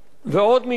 ועוד מקרה: